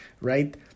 Right